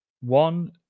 one